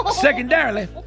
Secondarily